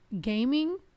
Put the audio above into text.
Gaming